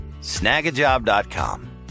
Snagajob.com